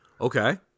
Okay